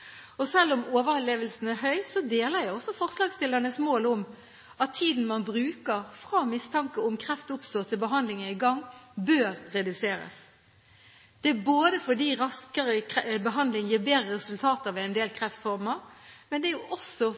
fra. Selv om overlevelsen er høy, deler jeg også forslagsstillernes mål om at tiden man bruker fra mistanken om kreft oppstår, til behandling er i gang, bør reduseres. Det er ikke bare fordi raskere behandling gir bedre resultater ved en del kreftformer, men også